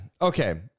Okay